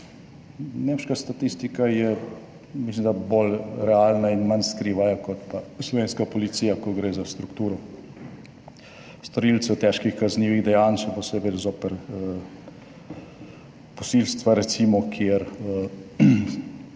Nemška statistika je, mislim da bolj realna in manj skrivajo kot pa slovenska policija, ko gre za strukturo storilcev težkih kaznivih dejanj, še posebej zoper posilstva recimo, kjer